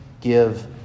give